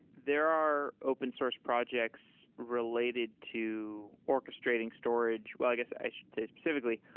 there are open source projects related to orchestrating storage well, i guess i should say specifically,